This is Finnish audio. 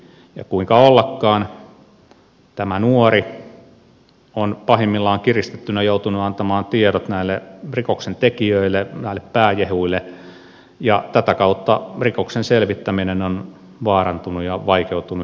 ja kuinka ollakaan tämä nuori on pahimmillaan kiristettynä joutunut antamaan tiedot näille rikoksentekijöille näille pääjehuille ja tätä kautta rikoksen selvittäminen on vaarantunut ja vaikeutunut hyvin paljon